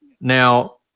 Now